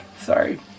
sorry